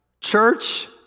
church